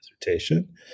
dissertation